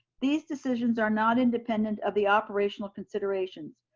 these decisions are not independent of the operational considerations.